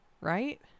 Right